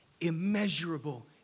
immeasurable